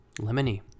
lemony